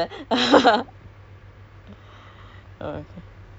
ya my parents on gila lah you know they are all in all these